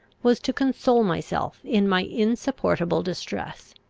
was to console myself in my insupportable distress.